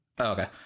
Okay